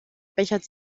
bechert